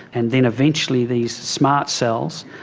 and then eventually these smart cells.